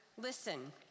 Listen